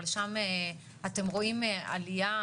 אני מסכים עם כל מה שנאמר.